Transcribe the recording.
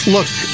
Look